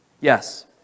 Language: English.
Yes